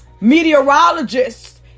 meteorologists